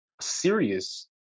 serious